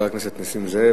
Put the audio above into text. חבר הכנסת נסים זאב,